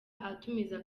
atumiza